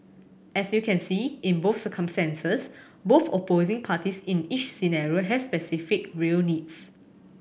as you can see in both circumstances both opposing parties in each scenario have specific real needs